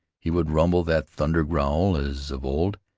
he would rumble that thunder-growl as of old,